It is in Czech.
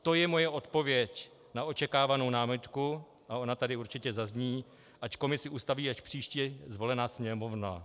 To je moje odpověď na očekávanou námitku, a ona tady určitě zazní, ať komisi ustaví až příště zvolená Sněmovna.